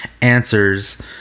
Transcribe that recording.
answers